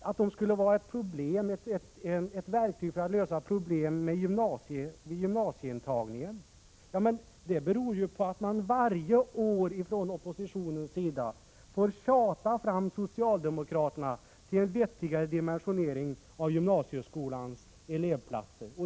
Det sägs att betygen skulle tjäna som ett verktyg för att lösa problem vid gymnasieintagningen. Det beror på att man varje år ifrån oppositionens sida får tjata fram socialdemokraterna till en vettigare dimensionering av gymnasieskolans elevplatser.